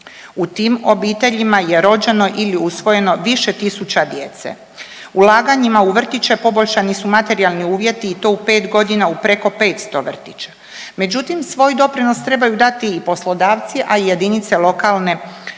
U tim obiteljima je rođeno ili usvojeno više tisuća djece. Ulaganjima u vrtiće poboljšani su materijalni uvjeti i to u 5.g. u preko 500 vrtića, međutim svoj doprinos trebaju dati i poslodavci, a i jedinice lokalne